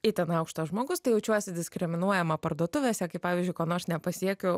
itin aukštas žmogus tai jaučiuosi diskriminuojama parduotuvėse kaip pavyzdžiui ko nors nepasiekiu